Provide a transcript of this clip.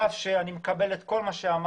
על אף שאני מקבל את כל מה שאמר